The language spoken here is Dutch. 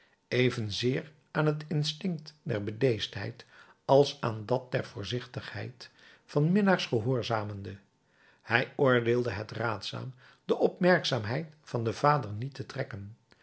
evenzeer aan het instinct der bedeesdheid als aan dat der voorzichtigheid van minnaars gehoorzamende hij oordeelde het raadzaam de opmerkzaamheid van den vader niet te trekken